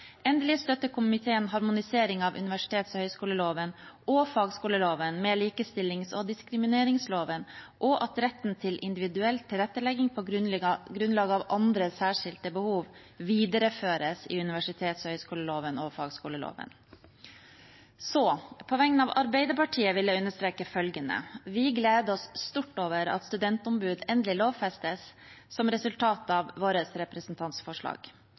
Endelig støtter komiteen harmonisering av universitets- og høyskoleloven og fagskoleloven med likestillings- og diskrimineringsloven, og at retten til individuell tilrettelegging på grunnlag av andre særskilte behov videreføres i universitets- og høyskoleloven og fagskoleloven. På vegne av Arbeiderpartiet vil jeg understreke følgende: Vi gleder oss stort over at studentombud endelig lovfestes som resultat av vårt representantforslag.